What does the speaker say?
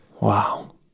wow